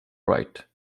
right